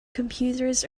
computers